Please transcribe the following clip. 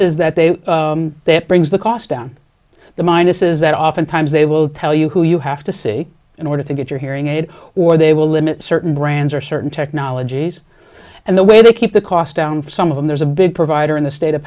is that they that brings the cost down the minus is that oftentimes they will tell you who you have to see in order to get your hearing aid or they will limit certain brands or certain technologies and the way they keep the cost down for some of them there's a big provider in the state of